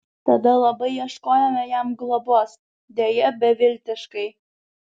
tada labai ieškojome jam globos deja beviltiškai